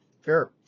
Fair